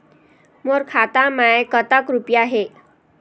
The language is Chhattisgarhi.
मोर खाता मैं कतक रुपया हे?